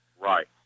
Right